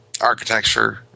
architecture